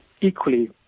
equally